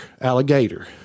alligator